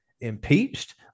impeached